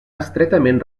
estretament